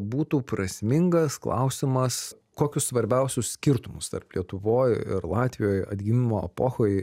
būtų prasmingas klausimas kokius svarbiausius skirtumus tarp lietuvoj ir latvijoj atgimimo epochoj